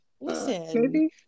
listen